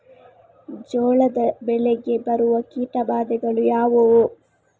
ಜೋಳದ ಬೆಳೆಗೆ ಬರುವ ಕೀಟಬಾಧೆಗಳು ಯಾವುವು?